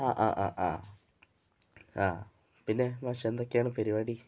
ആ ആ ആ ആ ആ പിന്നെ മാഷെന്തൊക്കെയാണു പരിപാടി